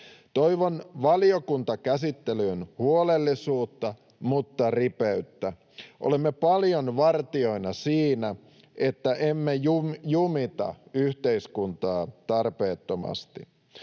Toivon valiokuntakäsittelyyn huolellisuutta mutta ripeyttä. Olemme paljon vartijoina siinä, että emme jumita yhteiskuntaa tarpeettomasti.